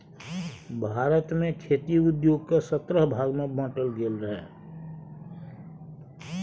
भारत मे खेती उद्योग केँ सतरह भाग मे बाँटल गेल रहय